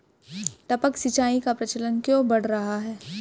टपक सिंचाई का प्रचलन क्यों बढ़ रहा है?